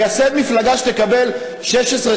נייסד מפלגה שתקבל 16,